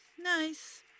Nice